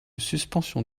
suspension